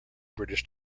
british